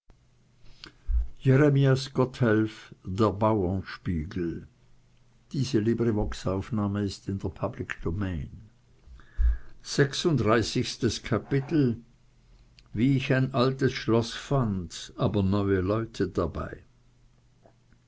rechte wie ich ein altes schloß fand aber neue leute dabei